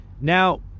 Now